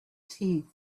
teeth